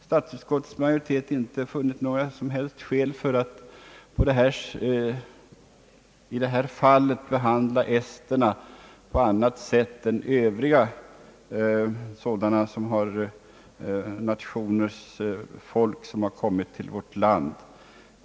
Statsutskottets majoritet har inte funnit något som helst skäl att i detta fall behandla esterna på annat sätt än folk från övriga nationer som kommit till vårt land.